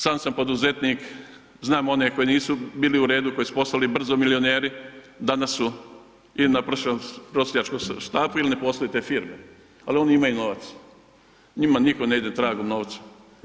Sam sam poduzetnik, znam one koji nisu bili u redu koji su postali brzo milioneri, danas su il na prosjačkom štapu, il ne posluju te firme, al oni imaju novac, njima nitko ne ide tragom novca.